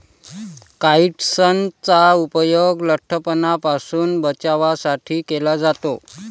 काइट्सनचा उपयोग लठ्ठपणापासून बचावासाठी केला जातो